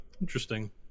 Interesting